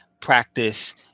practice